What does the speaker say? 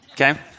okay